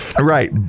right